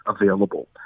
available